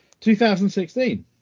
2016